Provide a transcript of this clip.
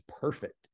perfect